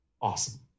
Awesome